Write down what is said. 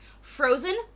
Frozen